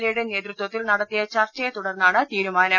A യുടെ നേതൃത്വത്തിൽ നടത്തിയ ചർച്ചയെത്തുടർന്നാണ് തീരു മാനം